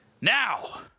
Now